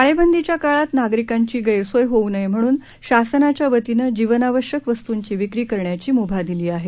टाळे बंदीच्या काळात नागरीकांची गैरसोय होऊ नये म्हणून शासनाच्या वतीनं जीवनावश्यक वस्तूची विक्री करण्याची मुभा दिली आहे